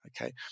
Okay